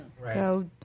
Go